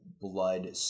blood